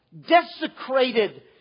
desecrated